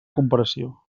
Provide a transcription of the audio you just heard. comparació